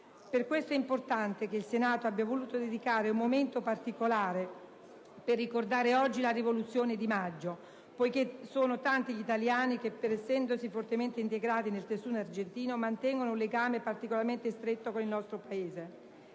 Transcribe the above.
Per questo è importante che il Senato abbia voluto dedicare un momento particolare per ricordare, oggi, la Rivoluzione di maggio, poiché sono tanti gli italiani che, pur essendosi fortemente integrati nel tessuto argentino, mantengono un legame particolarmente stretto con il nostro Paese.